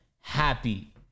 happy